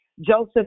Joseph